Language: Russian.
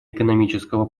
экономического